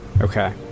Okay